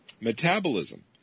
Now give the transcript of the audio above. metabolism